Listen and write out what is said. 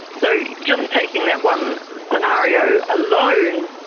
so yeah just taking that one scenario alone,